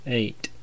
eight